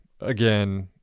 again